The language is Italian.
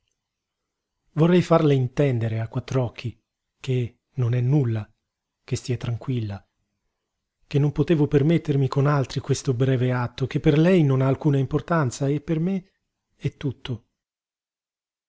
vorrei farle intendere a quattr'occhi che non è nulla che stia tranquilla che non potevo permettermi con altri questo breve atto che per lei non ha alcuna importanza e per me è tutto